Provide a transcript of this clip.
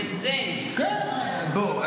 בוא,